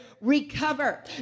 recover